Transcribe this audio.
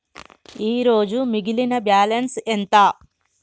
ఈరోజు మిగిలిన బ్యాలెన్స్ ఎంత?